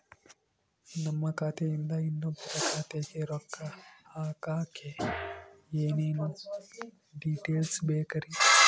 ನಮ್ಮ ಖಾತೆಯಿಂದ ಇನ್ನೊಬ್ಬರ ಖಾತೆಗೆ ರೊಕ್ಕ ಹಾಕಕ್ಕೆ ಏನೇನು ಡೇಟೇಲ್ಸ್ ಬೇಕರಿ?